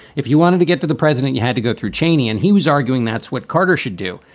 if you wanted to get to the president, you had to go through cheney and he was arguing that's what carter should do.